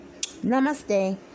Namaste